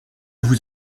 vous